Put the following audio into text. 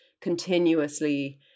continuously